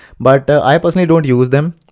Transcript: but i personally don't use them,